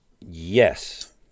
yes